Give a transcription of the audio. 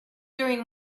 during